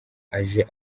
aje